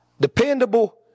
dependable